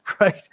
right